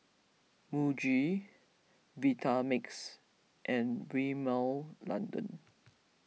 Muji Vitamix and Rimmel London